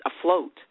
afloat